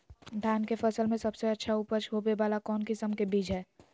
धान के फसल में सबसे अच्छा उपज होबे वाला कौन किस्म के बीज हय?